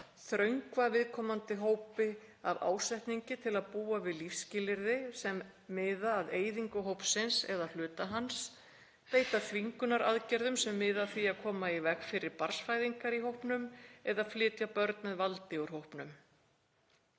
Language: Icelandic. þröngva viðkomandi hópi af ásetningi til þess að búa við lífsskilyrði sem miða að eyðingu hópsins eða hluta hans, beita þvingunaraðgerðum sem miða að því að koma í veg fyrir barnsfæðingar í hópnum eða flytja börn með valdi úr hópnum.